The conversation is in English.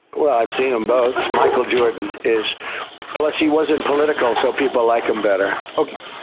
well, i've seen them both. michael jordan is plus he wasn't political, so people like him better ok,